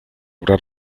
obra